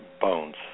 bones